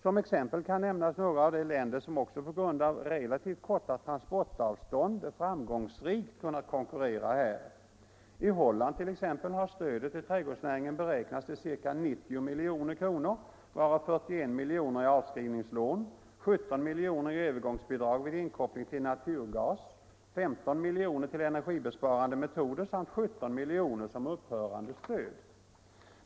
Som exempel kan nämnas några av de länder som också på grund Nr 87 av relativt korta transportavstånd framgångsrikt kunnat konkurrera här. Torsdagen den I Holland t.ex. har stödet till trädgårdsnäringen beräknats till ca 90 milj. 22 maj 1975 kr., varav 41 miljoner i avskrivningslån, 17 miljoner i övergångsbidrag It vid inkoppling till naturgas, 15 miljoner till energibesparande metoder = Lån till trädgårdssamt 17 miljoner som upphörande stöd.